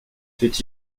fait